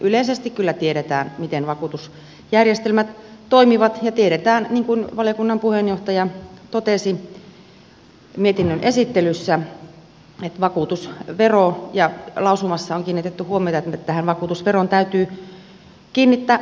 yleisesti kyllä tiedetään miten vakuutusjärjestelmät toimivat ja tiedetään niin kuin valiokunnan puheenjohtaja totesi mietinnön esittelyssä että lausumassa on kiinnitetty huomiota että tähän vakuutusveroon täytyy kiinnittää huomiota